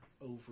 over